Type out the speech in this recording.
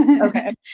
Okay